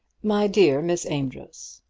my dear miss amedroz,